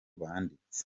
banditse